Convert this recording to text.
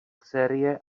série